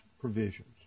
provisions